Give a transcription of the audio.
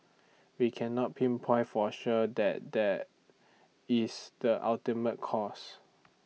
we cannot pinpoint for sure that that is the ultimate cause